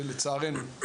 לצערנו,